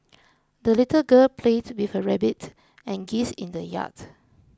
the little girl played with her rabbit and geese in the yard